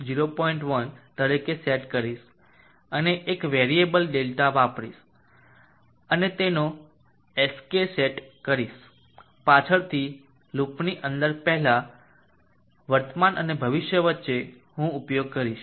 1 તરીકે સેટ કરીશ અને એક વેરીએબલ ડેલ્ટા વાપરીશ અને તેનો xk સેટ કરીશ પાછળથી લૂપની અંદર પહેલા વર્તમાન અને ભવિષ્ય વચ્ચે હું ઉપયોગ કરીશ